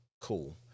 Cool